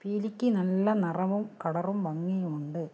പീലിക്ക് നല്ല നിറവും കളറും ഭംഗിയും ഉണ്ട്